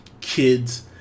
kids